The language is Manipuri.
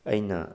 ꯑꯩꯅ